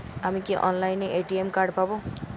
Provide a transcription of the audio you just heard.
আমি কি অনলাইনে এ.টি.এম কার্ড পাব?